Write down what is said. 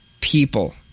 people